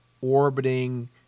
orbiting